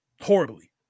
horribly